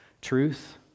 truth